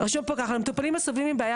רשום פה: "מטופלים הסובלים מבעיה